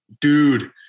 Dude